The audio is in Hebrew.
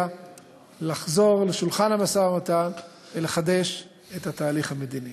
לחזור לשולחן המשא-ומתן ולחדש את התהליך המדיני.